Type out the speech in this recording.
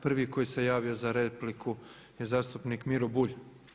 Prvi koji se javio za repliku je zastupnik Miro Bulj.